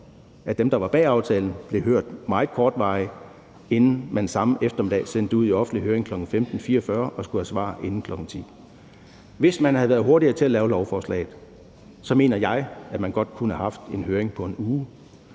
at dem, der var bag aftalen, blev hørt meget kortvarigt, inden man samme eftermiddag sendte det ud i offentlig høring kl. 15.44 og skulle have svar inden kl. 10.00. Hvis man havde været hurtigere til at lave lovforslaget, mener jeg at man godt kunne have haft en høring på en uge,